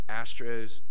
astros